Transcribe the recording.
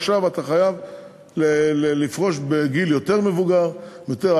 עכשיו אתה חייב לפרוש בגיל מבוגר יותר.